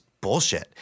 bullshit